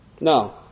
No